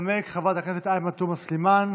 תנמק חברת הכנסת עאידה תומא סלימאן.